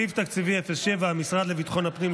סעיף תקציבי 07 המשרד לביטחון הפנים,